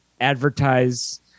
advertise